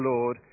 Lord